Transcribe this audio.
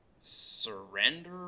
surrender